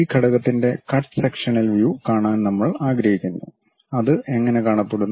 ഈ ഘടകത്തിന്റെ cut sectional view കാണാൻ നമ്മൾ ആഗ്രഹിക്കുന്നു അത് എങ്ങനെ കാണപ്പെടുന്നു